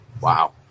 Wow